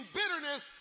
bitterness